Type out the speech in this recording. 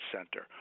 Center